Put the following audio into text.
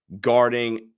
guarding